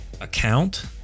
account